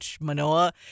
Manoa